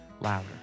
louder